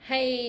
Hey